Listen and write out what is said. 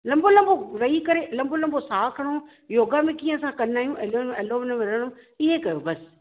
लंबो लंबो वेही करे लंबो लंबो साहु खणो योगा में कीअं असां कंदा आहियूं अनुलोम विलोम ईअं कयो बसि